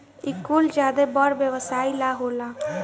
इ कुल ज्यादे बड़ व्यवसाई ला होला